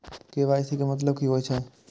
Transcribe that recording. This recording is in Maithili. के.वाई.सी के मतलब कि होई छै?